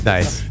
Nice